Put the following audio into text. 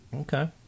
Okay